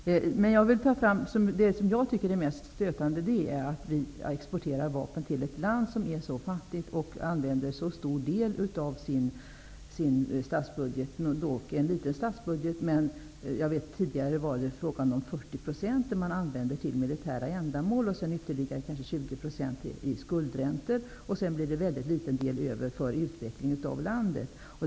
Men det som jag tycker är mest stötande är att vi exporterar vapen till ett land som är så fattigt och som använder en så stor del av sin statsbudget, som dock är en liten statsbudget, till militära ändamål. Tidigare använde man 40 % på detta sätt och ytterligare 20 % till skuldräntor. Sedan blir det väldigt liten del över för utveckling av landet.